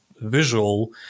visual